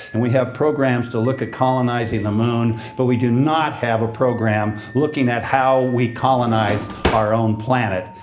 and we have programs to look at colonizing the moon, but we do not have a program looking at how we colonize our own planet?